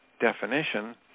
definition